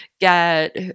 get